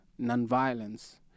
nonviolence